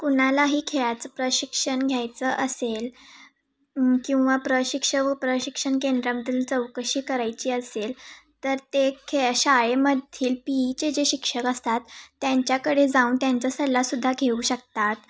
कुणालाही खेळाचं प्रशिक्षण घ्यायचं असेल किंवा प्रशिक्ष व प्रशिक्षण केंद्रांबद्दल चौकशी करायची असेल तर ते खे शाळेमधील पी ईचे जे शिक्षक असतात त्यांच्याकडे जाऊन त्यांचा सल्लासुद्धा घेऊ शकतात